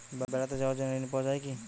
বেড়াতে যাওয়ার জন্য ঋণ পাওয়া যায় কি?